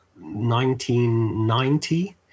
1990